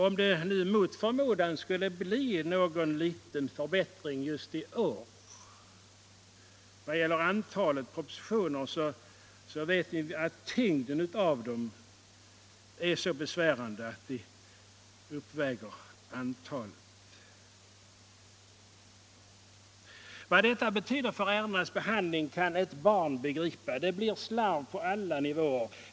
Om det i år mot förmodan skulle bli en liten förbättring när det gäller antalet propositioner, så vet vi att tyngden av dem är så besvärande att den uppväger minskningen i antal. Vad detta betyder för ärendenas behandling kan ett barn begripa. Det blir slarv på alla nivåer.